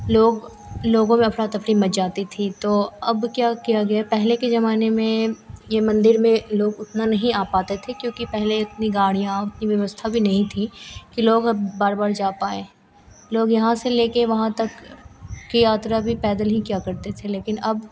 लोग लोगों में अफरातफ़री मच जाती थी तो अब अब क्या किया गया पहले के जमाने में इस मन्दिर में लोग उतना नहीं आ पाते थे क्योंकि पहले इतनी गाड़ियों की व्यवस्था भी नहीं थी कि लोग बार बार जा पाएँ लोग यहाँ से लेकर वहाँ तक की यात्रा पैदल ही किया करते थे लेकिन अब